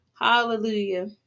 Hallelujah